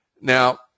Now